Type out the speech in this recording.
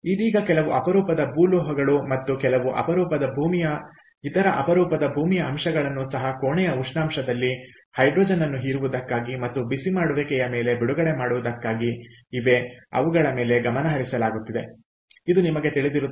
ಇದೀಗ ಕೆಲವು ಅಪರೂಪದ ಭೂ ಲೋಹಗಳು ಮತ್ತು ಕೆಲವು ಅಪರೂಪದ ಭೂಮಿಯ ಇತರ ಅಪರೂಪದ ಭೂಮಿಯ ಅಂಶಗಳನ್ನು ಸಹ ಕೋಣೆಯ ಉಷ್ಣಾಂಶದಲ್ಲಿ ಹೈಡ್ರೋಜನ್ ಅನ್ನು ಹೀರುವುದಕ್ಕಾಗಿ ಮತ್ತು ಬಿಸಿಮಾಡುವಿಕೆಯ ಮೇಲೆ ಬಿಡುಗಡೆ ಮಾಡುವುದಕ್ಕಾಗಿ ಇವೆ ಅವುಗಳ ಮೇಲೆ ಗಮನಹರಿಸಲಾಗುತ್ತಿದೆ ಇದು ನಿಮಗೆ ತಿಳಿದಿರುತ್ತದೆ